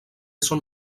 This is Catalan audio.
són